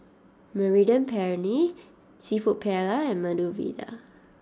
Mediterranean Penne Seafood Paella and Medu Vada